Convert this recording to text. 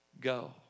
go